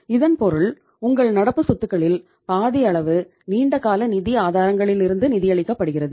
இதன் பொருள் உங்கள் நடப்பு சொத்துகளில் பாதி அளவு நீண்டகால நிதி ஆதாரங்களிலிருந்து நிதியளிக்கப்படுகிறது